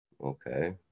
Okay